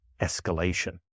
escalation